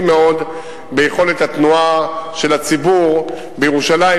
מאוד ביכולת התנועה של הציבור בירושלים,